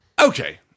Okay